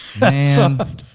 man